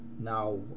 now